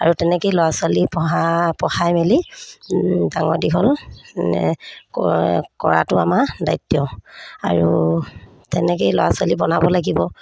আৰু তেনেকৈয়ে ল'ৰা ছোৱালী পঢ়া পঢ়াই মেলি ডাঙৰ দীঘল কৰাটো আমাৰ দায়িত্ব আৰু তেনেকৈয়ে ল'ৰা ছোৱালী বনাব লাগিব